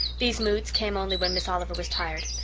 these moods came only when miss oliver was tired.